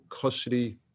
custody